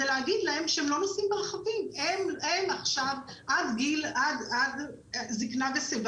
להגיד להם שהם לא נוסעים ברכבים עד זקנה ושיבה,